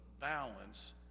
balance